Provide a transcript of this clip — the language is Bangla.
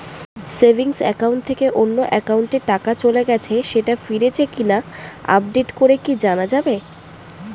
সেভিংস একাউন্ট থেকে অন্য একাউন্টে টাকা চলে গেছে সেটা ফিরেছে কিনা আপডেট করে কি জানা যাবে?